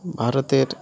ভারতের